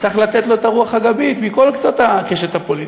צריך לתת לו את הרוח הגבית מכל קצות הקשת הפוליטית,